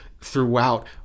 throughout